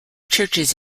churches